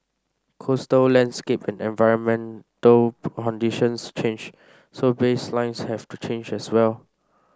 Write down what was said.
coastal landscape and environmental conditions change so baselines have to change as well